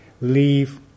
leave